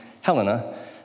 Helena